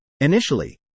Initially